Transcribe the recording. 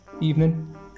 Evening